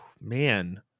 man